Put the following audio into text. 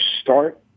start